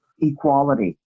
equality